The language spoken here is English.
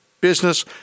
business